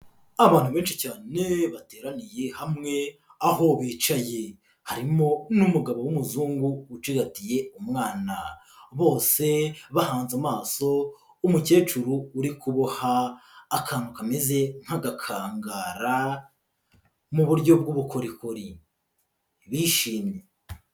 Abantu benshi cyane bateraniye hamwe aho bicaye, harimo n'umugabo w'umuzungu ucigatiye umwana, bose bahanze amaso umukecuru uri kuboha akantu kameze nk'agakangara mu buryo bw'ubukorikori bishimye.